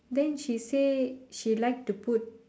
then she say she like to put